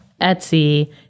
Etsy